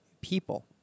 people